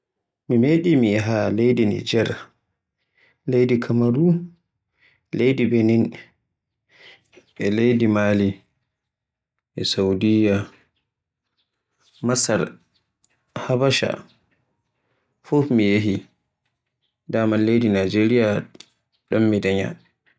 Mi meɗi yaha leydi Nijar, leydi kamaru, leydi benin, e Mali e Saudiyya, Masar e Habasha fuf mi yeehi, daman leydi Najeriya ɗon mi dayna.